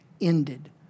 ended